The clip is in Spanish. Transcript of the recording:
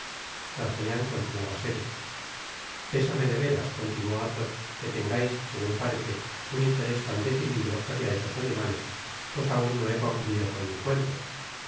d'artagnan continuaba serio i ipésame de veras continuó athos que tengais segun parece un interés tan decidido hácia esos animales pues aun no he concluido con mi cuento